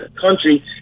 country